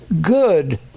good